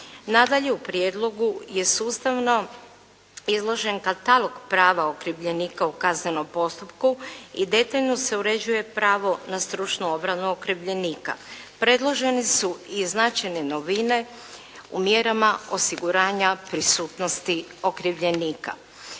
Nadalje u prijedlogu je sustavno izložen katalog prava okrivljenika u kaznenom postupku i detaljno se uređuje pravo na stručnu obranu okrivljenika. Predloženi su i značajne novine u mjerama osiguranja prisutnosti okrivljenika.